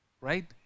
right